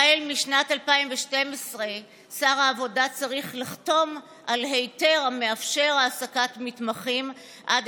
החל משנת 2012 שר העבודה צריך לחתום על היתר המאפשר העסקת מתמחים עד